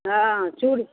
हँ चूरी